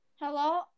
Hello